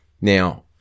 Now